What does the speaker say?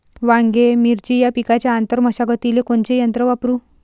वांगे, मिरची या पिकाच्या आंतर मशागतीले कोनचे यंत्र वापरू?